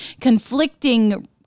conflicting